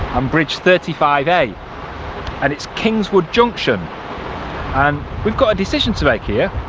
um bridge thirty five a and it's kigswood junction and we've got a decision to make here.